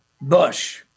Bush